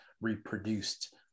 reproduced